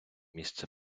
місце